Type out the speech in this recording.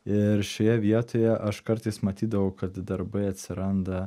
ir šioje vietoje aš kartais matydavau kad darbai atsiranda